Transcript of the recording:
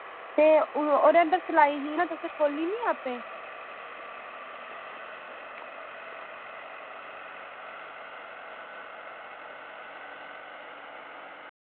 ते ओह्दे अंदर सिलाई ही तुसें खोल्ली निं आपें